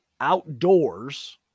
outdoors